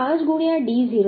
5 ગુણ્યાં d0 હશે